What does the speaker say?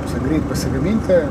tiesiog greit pasigaminti